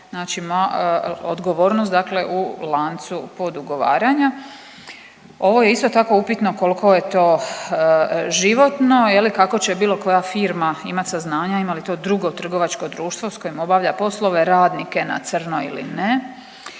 Znači odgovornost, dakle u lancu podugovaranja. Ovo je isto tako upitno koliko je to životno, kako će bilo koja firma imat saznanja, ima li to drugo trgovačko društvo sa kojim obavlja poslove radnike na crno ili ne.